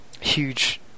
huge